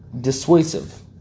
dissuasive